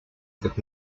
could